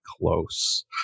close